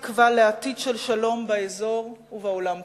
תקווה לעתיד של שלום באזור ובעולם כולו.